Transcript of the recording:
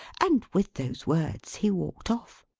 and with those words, he walked off.